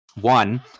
One